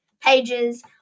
pages